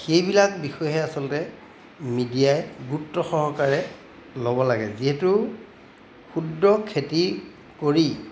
সেইবিলাক বিষয়হে আচলতে মিডিয়াই গুৰুত্ব সহকাৰে ল'ব লাগে যিহেতু ক্ষুদ্ৰ খেতি কৰি